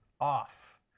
off